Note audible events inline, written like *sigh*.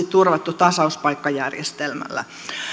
*unintelligible* turvattu tasauspaikkajärjestelmällä